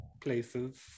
places